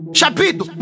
Chapito